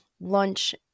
lunch